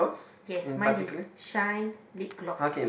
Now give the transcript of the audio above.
yes mine is shine lip gloss